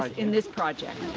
ah in this project,